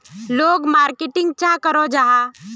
लोग मार्केटिंग चाँ करो जाहा?